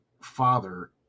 father